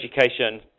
education